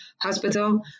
hospital